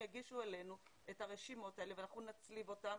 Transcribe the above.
יגישו אלינו את הרשימות האלה ואנחנו נצליב אותן.